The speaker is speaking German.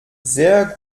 sehr